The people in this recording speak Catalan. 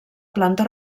planta